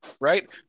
right